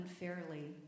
unfairly